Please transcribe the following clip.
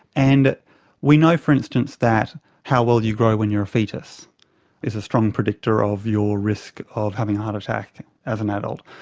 and we know, for instance, that how well you grow when you're a fetus is a strong predictor of your risk of having a heart attack as an adult,